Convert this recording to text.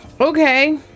Okay